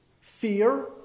fear